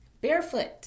barefoot